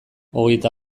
hogeita